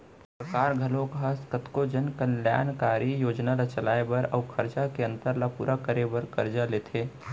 सरकार घलोक ह कतको जन कल्यानकारी योजना ल चलाए बर अउ खरचा के अंतर ल पूरा करे बर करजा लेथे